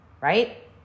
right